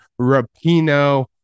rapino